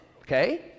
Okay